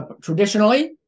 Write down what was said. Traditionally